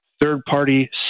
third-party